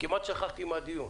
כמעט שכחתי על מה הדיון...